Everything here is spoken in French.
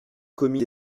commis